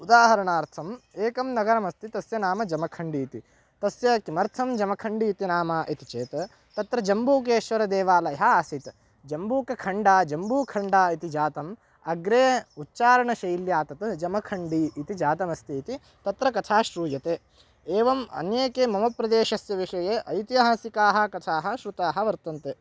उदाहरणार्थम् एकं नगरमस्ति तस्य नाम जमखण्डी इति तस्य किमर्थं जमखण्डी इति नाम इति चेत् तत्र जम्बूकेश्वरदेवालयः आसीत् जम्बूक खण्डा जम्बूखण्डा इति जातम् अग्रे उच्चारणशैल्या तत् जमखण्डी इति जातमस्ति इति तत्र कथा श्रूयते एवम् अन्येके मम प्रदेशस्य विषये ऐतिहासिकाः कथाः श्रुताः वर्तन्ते